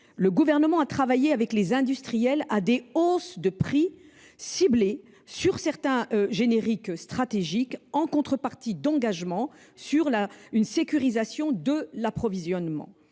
le Gouvernement a travaillé avec les industriels à des hausses de prix ciblées sur certains génériques stratégiques en contrepartie d’engagements sur une sécurisation de l’approvisionnement.